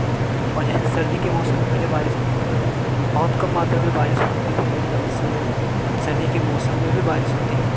और जैसे सर्दी के मौसम में पहले बारिश नहीं होता था बहुत कम मात्रा में बारिश होती थी लेकिन अब इस समय सर्दी के मौसम में भी बारिश होती है